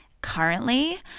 currently